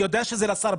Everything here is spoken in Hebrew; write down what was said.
אני יודע שזה לשר,